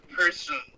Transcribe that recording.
person